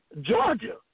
Georgia